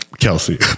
Kelsey